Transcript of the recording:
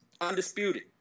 Undisputed